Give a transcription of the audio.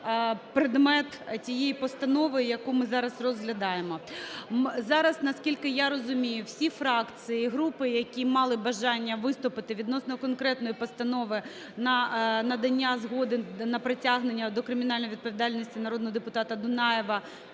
предмет тієї постанови, яку ми зараз розглядаємо. Зараз, наскільки я розумію, всі фракції і групи, які мали бажання виступити відносно конкретної постанови на надання згоди на притягнення до кримінальної відповідальності народного депутата Дунаєва,